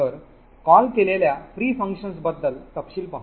तर कॉल केलेल्या free functions बद्दल तपशील पाहू